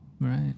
Right